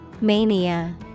Mania